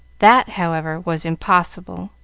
that, however, was impossible,